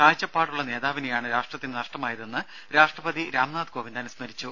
കാഴ്ചപ്പാടുള്ള നേതാവിനെയാണ് രാഷ്ട്രത്തിന് നഷ്ടമായതെന്ന് രാഷ്ട്രപതി രാംനാഥ് കോവിന്ദ് അനുസ്മരിച്ചു